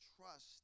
trust